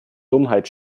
dummheit